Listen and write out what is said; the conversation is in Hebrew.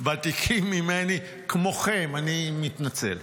ותיקים ממני, כמוכם, אני מתנצל.